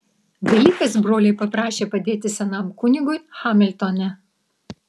velykas broliai paprašė padėti senam kunigui hamiltone